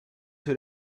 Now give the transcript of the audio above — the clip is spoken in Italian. sui